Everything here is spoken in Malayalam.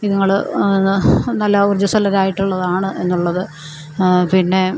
ഇതുങ്ങള് നല്ല ഊർജ്ജസ്വലരായിട്ടുള്ളതാണ് എന്നുള്ളത് പിന്നെ